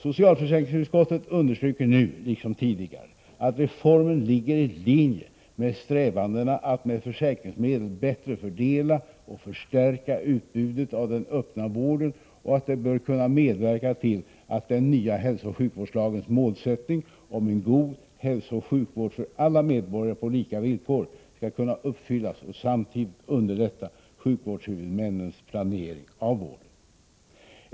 Socialförsäkringsutskottet understryker nu liksom tidigare att reformen ligger i linje med strävandena att med försäkringsmedel bättre fördela och förstärka utbudet av den öppna vården och att det bör kunna medverka till att den nya hälsooch sjukvårdslagens målsättning om en god hälsooch sjukvård för alla medborgare på lika villkor skall kunna uppfyllas och samtidigt underlätta sjukvårdshuvudmännens planering av vården.